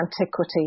antiquity